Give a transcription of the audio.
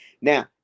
Now